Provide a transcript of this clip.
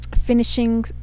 finishing